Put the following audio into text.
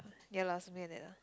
ya lah something like that lah